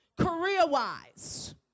career-wise